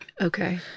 Okay